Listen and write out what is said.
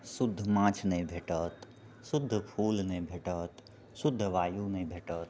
शुद्ध माछ नहि भेटत शुद्ध फूल नहि भेटत शुद्ध वायु नहि भेटत